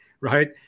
right